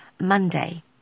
Monday